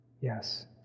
Yes